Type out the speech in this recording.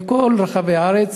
מכל רחבי הארץ,